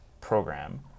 program